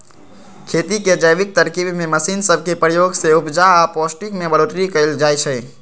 खेती के जैविक तरकिब में मशीन सब के प्रयोग से उपजा आऽ पौष्टिक में बढ़ोतरी कएल जाइ छइ